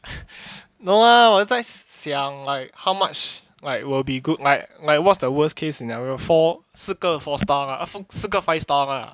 no ah 我在想 like how much like will be good like like what's the worst care scenario four 四个 four star lah 四个 five star lah